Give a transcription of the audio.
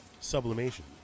Sublimation